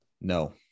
no